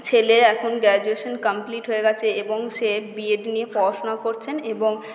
ছেলে এখন graduation complete হয়ে গেছে এবং সে বি এড নিয়ে পড়াশুনা করছেন এবং